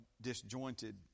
disjointed